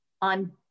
on